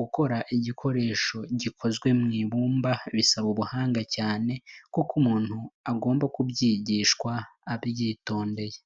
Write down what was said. gukora igikoresho gikozwe mu ibumba bisaba ubuhanga cyane kuko umuntu agomba kubyigishwa abibyitondeye.